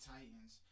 Titans